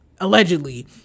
allegedly